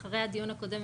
אחרי הדיון הקודם,